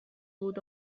بود